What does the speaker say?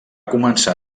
començar